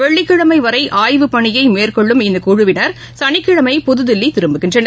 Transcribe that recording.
வெள்ளிக்கிழமைவரை ஆய்வுப்பணியை மேற்கொள்ளும் இக்குழுவினர் சனிக்கிழமை புதுதில்லிதிரும்புகின்றனர்